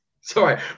Sorry